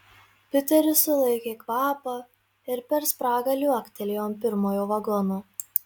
piteris sulaikė kvapą ir per spragą liuoktelėjo ant pirmojo vagono